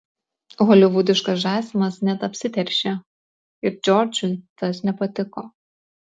holivudiškas žąsinas net apsiteršė ir džordžui tas nepatiko